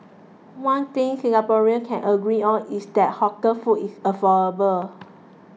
one thing Singaporeans can agree on is that hawker food is affordable